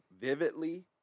vividly